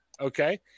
okay